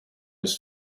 his